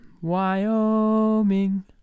Wyoming